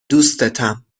دوستتم